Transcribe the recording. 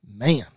Man